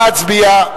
נא להצביע.